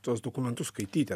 tuos dokumentus skaityti